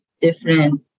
different